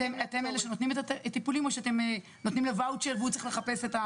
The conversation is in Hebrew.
אתם אלה שנותנים את הטיפולים או שאתם נותנים לו וואצ'ר והוא צריך לחפש?